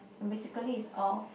basically it's all